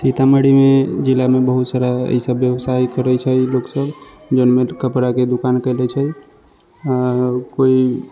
सीतामढ़ी जिला मे बहुत सारा इसब व्यवसाय करै छै लोकसब जोन मे कपड़ा के दोकान केले छै कोइ